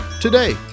today